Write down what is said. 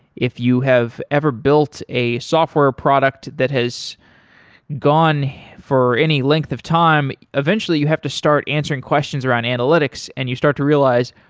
if you have ever built a software product that has gone for any length of time, eventually you have to start answering questions around analytics and you start to realize,